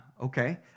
okay